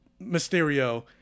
Mysterio